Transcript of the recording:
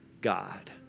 God